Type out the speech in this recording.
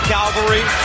Calvary